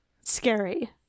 Scary